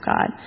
God